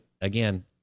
again